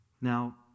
Now